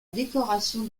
décoration